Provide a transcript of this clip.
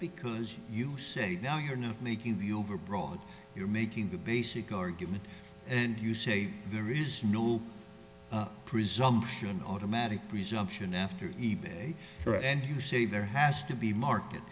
because you say you're not making the overbroad you're making the basic argument and you say there is no presumption automatic presumption after e bay for and you say there has to be market